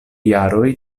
jaroj